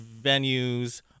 venues